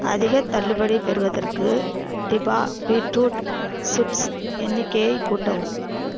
அதிகத் தள்ளுபடி பெறுவதற்கு டிபா பீட்ரூட் சிப்ஸ் எண்ணிக்கையை கூட்டவும்